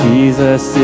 Jesus